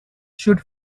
should